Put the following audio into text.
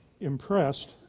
impressed